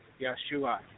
Yeshua